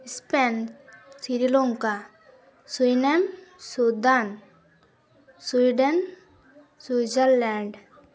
ᱮᱥᱯᱮᱱ ᱥᱨᱤᱞᱚᱝᱠᱟ ᱥᱩᱭᱞᱮᱱ Sudan Sweden Switzerland